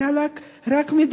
אתה רק מדבר,